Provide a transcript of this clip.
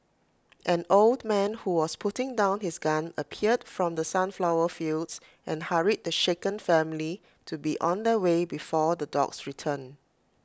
an old man who was putting down his gun appeared from the sunflower fields and hurried the shaken family to be on their way before the dogs return